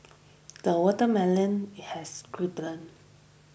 the watermelon has ripened